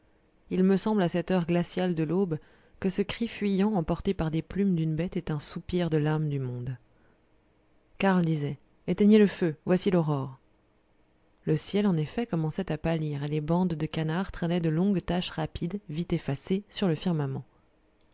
il me semble à cette heure glaciale de l'aube que ce cri fuyant emporté par les plumes d'une bête est un soupir de l'âme du monde karl disait éteignez le feu voici l'aurore le ciel en effet commençait à pâlir et les bandes de canards traînaient de longues taches rapides vite effacées sur le firmament